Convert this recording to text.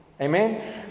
Amen